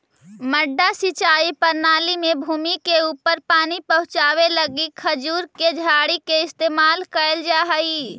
मड्डा सिंचाई प्रणाली में भूमि से ऊपर पानी पहुँचावे लगी खजूर के झाड़ी के इस्तेमाल कैल जा हइ